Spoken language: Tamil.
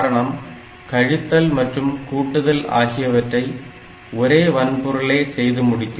காரணம் கழித்தல் மற்றும் கூட்டுதல் ஆகியவற்றை ஒரே வன்பொருளே செய்து முடிக்கும்